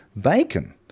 Bacon